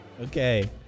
Okay